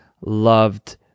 loved